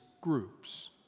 groups